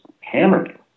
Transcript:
hammered